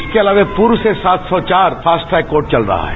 इसके अलावा पूर्व से सात सौ चार फास्ट्रट्रैक कोर्ट चल रहे हैं